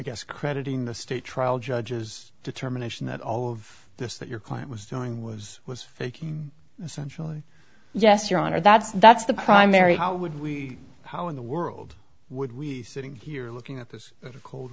guess crediting the state trial judges determination that all of this that your client was doing was was taking essentially yes your honor that's that's the primary how would we how in the world would we sitting here looking at this cold